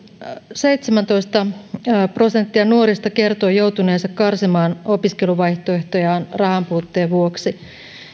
seitsemäntoista prosenttia nuorista kertoi joutuneensa karsimaan opiskeluvaihtoehtojaan rahanpuutteen vuoksi